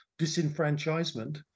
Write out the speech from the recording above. disenfranchisement